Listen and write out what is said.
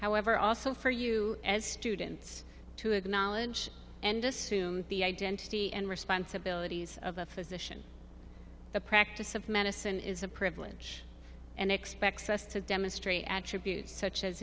however also for you as students to acknowledge and assume the identity and responsibilities of a physician the practice of medicine is a privilege and expects us to demonstrate